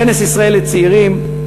כנס ישראל לצעירים,